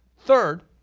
third,